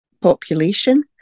population